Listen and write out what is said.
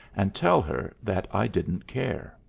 and tell her that i didn't care.